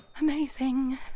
Amazing